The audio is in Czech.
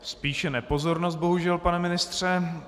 Spíše nepozornost, bohužel, pane ministře.